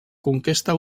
conquesta